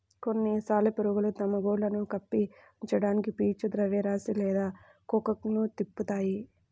కొన్ని సాలెపురుగులు తమ గుడ్లను కప్పి ఉంచడానికి పీచు ద్రవ్యరాశి లేదా కోకన్ను తిప్పుతాయి